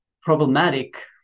problematic